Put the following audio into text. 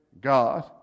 God